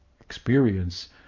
experience